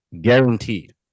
guaranteed